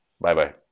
Bye-bye